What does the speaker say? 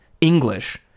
English